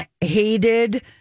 hated